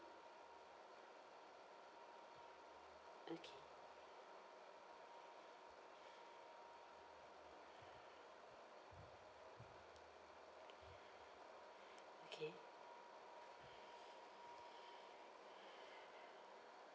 okay okay